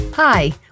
Hi